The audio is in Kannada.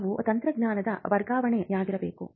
ಅವು ತಂತ್ರಜ್ಞಾನದ ವರ್ಗಾವಣೆಯಾಗಿರಬೇಕು